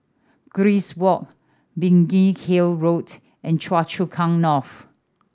Grace Walk Biggin Hill Road and Choa Chu Kang North